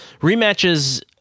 rematches